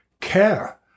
care